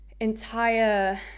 entire